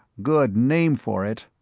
good name for it,